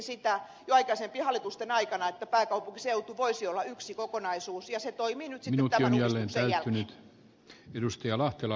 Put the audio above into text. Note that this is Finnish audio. jo aikaisempien hallitusten aikana pohdittiin sitä että pääkaupunkiseutu voisi olla yksi kokonaisuus ja se toimii nyt sitten tämän uudistuksen jälkeen